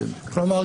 כלומר,